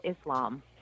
Islam